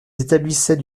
établissaient